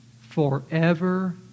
forever